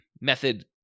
method